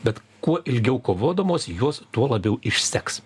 bet kuo ilgiau kovodamos jos tuo labiau išseks